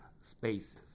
spaces